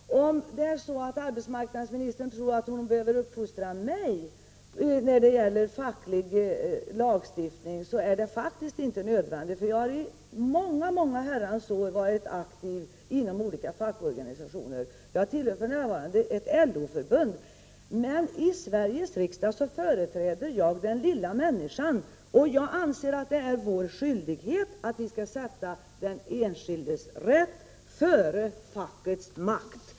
Om arbetsmarknadsministern tror att hon behöver uppfostra mig när det gäller facklig lagstiftning så är det verkligen inte nödvändigt. Jag har under många Herrans år varit aktiv inom olika fackorganisationer. Jag tillhör för närvarande ett LO-förbund. Men i Sveriges riksdag företräder jag den lilla människan, och jag anser att det är vår skyldighet att sätta den enskildes rätt före fackets makt.